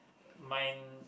mine